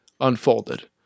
unfolded